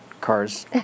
cars